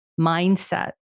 mindset